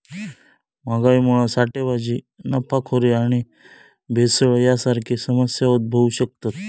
महागाईमुळा साठेबाजी, नफाखोरी आणि भेसळ यांसारखे समस्या उद्भवु शकतत